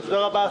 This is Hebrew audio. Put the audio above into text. ותודה רבה,